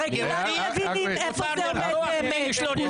אתה אפילו לא מתבלבל ואומר את השטויות האלה.